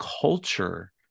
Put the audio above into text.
culture